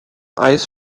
eyes